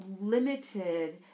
limited